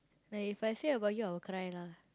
no if I say about you I will cry lah